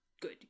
good